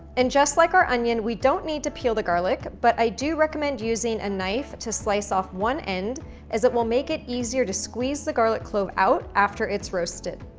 and just like our onion, we don't need to peel the garlic but i do recommend using a knife to slice off one end as it will make is easier to squeeze the garlic clove out after it's roasted.